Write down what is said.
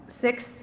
six